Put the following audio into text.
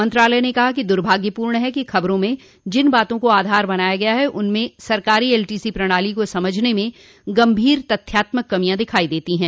मंत्रालय ने कहा कि दुर्भाग्यपूर्ण है कि खबरों में जिन बातों को आधार बनाया गया है उनमें सरकारी एलटीसी प्रणाली को समझने में गंभीर तथ्यात्मक कमियां दिखाई देती है